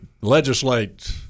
Legislate